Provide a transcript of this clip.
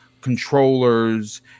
controllers